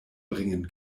bringen